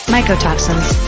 Mycotoxins